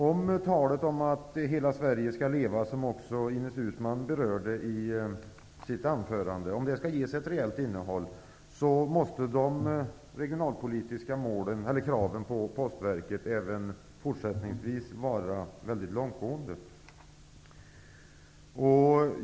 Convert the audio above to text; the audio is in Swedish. Om talet om att ''hela Sverige skall leva'', som också Ines Uusmann berörde i sitt anförande, skall ges ett reellt innehåll, måste de regionalpolitiska kraven på Postverket även fortsättningsvis vara väldigt långtgående.